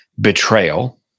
betrayal